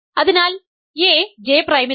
അതിനാൽ a J പ്രൈമിലാണ്